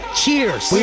cheers